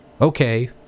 Okay